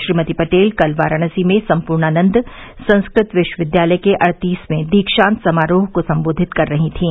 श्रीमती पटेल कल वाराणसी में सम्पूर्णानन्द संस्कृत विश्वविद्यालय के अड़तीसवें दीक्षात समारोह को सम्बोधित कर रही थीं